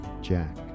Jack